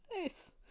Nice